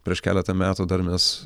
prieš keletą metų dar mes